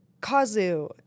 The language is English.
Kazu